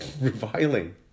reviling